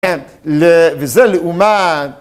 כן, וזה לעומת